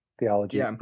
theology